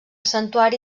santuari